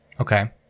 Okay